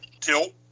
tilt